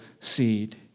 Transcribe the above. seed